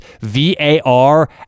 VAR